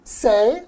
say